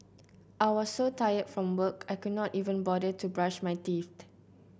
I was so tired from work I could not even bother to brush my teeth